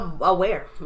aware